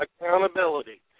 accountability